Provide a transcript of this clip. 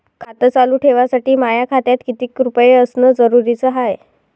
खातं चालू ठेवासाठी माया खात्यात कितीक रुपये असनं जरुरीच हाय?